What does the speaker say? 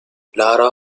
lara